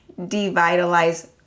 devitalize